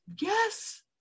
Yes